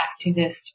activist